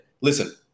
Listen